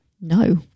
No